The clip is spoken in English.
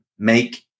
make